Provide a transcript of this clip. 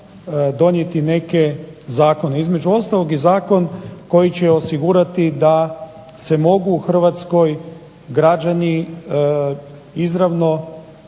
donijeti neke zakone, između ostalog i zakon koji će osigurati da se mogu u Hrvatskoj građani izravno